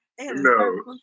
No